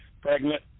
pregnant